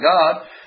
God